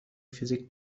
فیزیک